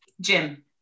Jim